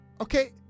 okay